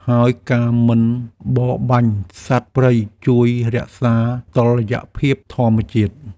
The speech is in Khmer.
ហើយការមិនបរបាញ់សត្វព្រៃជួយរក្សាតុល្យភាពធម្មជាតិ។